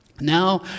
Now